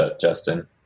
Justin